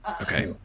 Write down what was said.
Okay